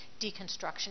deconstruction